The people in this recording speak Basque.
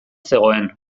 zegoen